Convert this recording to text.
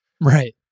Right